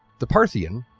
the parthian,